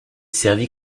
servi